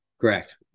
correct